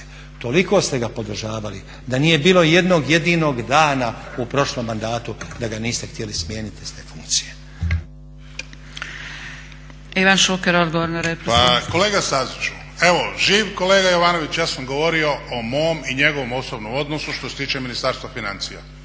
toliko ste ga podržavali da nije bilo jednog jedinog dana u prošlom mandatu da ga niste htjeli smijeniti s te funkcije. **Zgrebec, Dragica (SDP)** Ivan Šuker odgovor na repliku. **Šuker, Ivan (HDZ)** Pa kolega Staziću, evo živ kolega Jovanović, ja sam govorio o mom i njegovom osobnom odnosu što se tiče Ministarstva financija